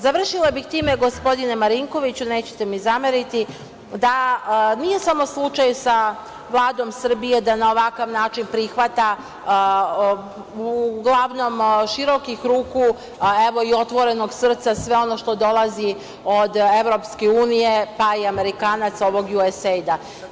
Završila bih time, gospodine Marinkoviću, nećete mi zameriti, da nije samo slučaj sa Vladom Srbije da na ovakav način prihvata, uglavnom širokih ruku i otvorenog srca sve ono što dolazi od EU, pa i Amerikanaca, ovog USAID-a.